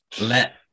Let